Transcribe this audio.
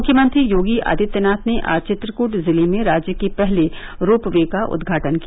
मुख्यमंत्री योगी आदित्यनाथ ने आज चित्रकूट जिले में राज्य के पहले रोप वे का उद्घाटन किया